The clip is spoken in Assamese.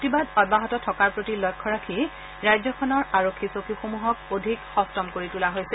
প্ৰতিবাদ অব্যাহত থকাৰ প্ৰতি লক্ষ্য ৰাখি ৰাজ্যখনৰ আৰক্ষী চকীসমূহক অধিক সট্টম কৰি তোলা হৈছে